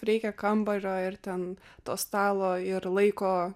reikia kambario ir ten to stalo ir laiko